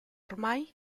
ormai